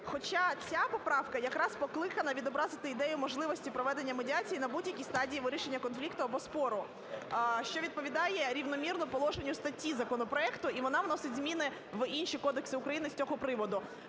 Хоча ця поправка якраз покликана відобразити ідею можливості проведення медіації на будь-якій стадії вирішення конфлікту або спору, що відповідає рівномірно положенню статті законопроекту, і вона вносить зміни в інші кодекси України з цього приводу.